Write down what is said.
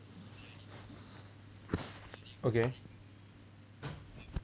okay